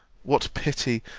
what pity,